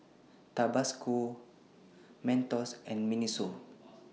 Tabasco Mentos and Miniso